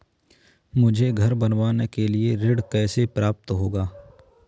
मुझे घर बनवाने के लिए ऋण कैसे प्राप्त होगा?